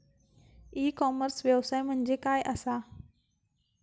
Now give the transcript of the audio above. E commerce व्यवसाय म्हणजे काय असा?